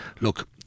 look